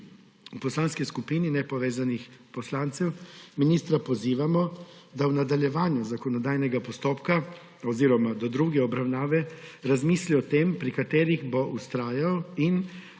V Poslanski skupini nepovezanih poslancev ministra pozivamo, da v nadaljevanju zakonodajnega postopka oziroma do druge obravnave razmisli o tem, pri katerih bo vztrajal in